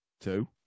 Two